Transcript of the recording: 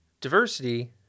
diversity